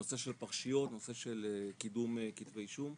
נושא של פרשיות, נושא של קידום כתבי אישום,